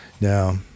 now